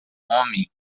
homem